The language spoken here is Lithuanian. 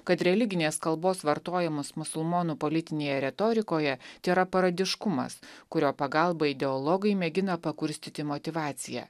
kad religinės kalbos vartojamus musulmonų politinėje retorikoje tėra paradiškumas kurio pagalba ideologai mėgina pakurstyti motyvaciją